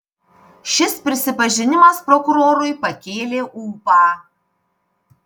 šis prisipažinimas prokurorui pakėlė ūpą